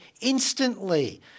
instantly